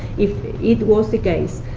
if it was the case,